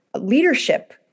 leadership